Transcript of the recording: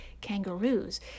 kangaroos